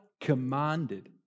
commanded